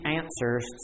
answers